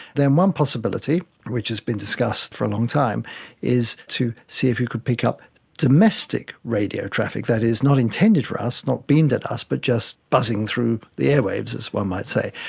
then one possibility which has been discussed for a long time is to see if you could pick up domestic radio traffic, that is not intended for us, not beamed at us but just buzzing through the airwaves, as one might say.